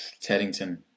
Teddington